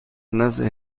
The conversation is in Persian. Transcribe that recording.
نسل